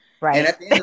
right